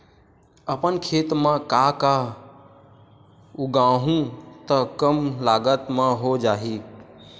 अपन खेत म का का उगांहु त कम लागत म हो जाही?